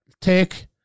take